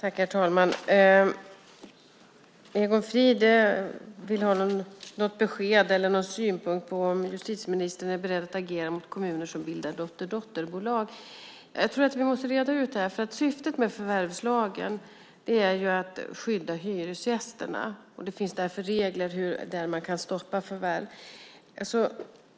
Herr talman! Egon Frid vill ha något besked eller någon synpunkt på frågan om justitieministern är beredd att agera mot kommuner som bildar dotterdotterbolag. Jag tror att vi måste reda ut det här. Syftet med förvärvslagen är att skydda hyresgästerna. Det finns därför regler för hur man kan stoppa förvärv.